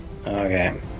Okay